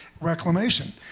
reclamation